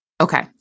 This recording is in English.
Okay